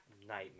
nightmare